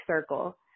Circle